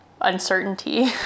uncertainty